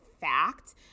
fact